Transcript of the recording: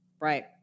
Right